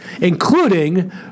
including